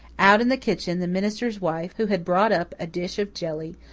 out in the kitchen, the minister's wife, who had brought up a dish of jelly,